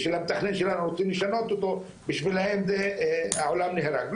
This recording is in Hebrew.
ושל המתכנן שלנו רוצים לשנות אותו בשבילם העולם נהרג,